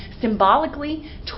symbolically